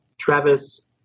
Travis